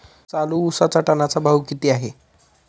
चालू उसाचा टनाचा भाव किती आहे?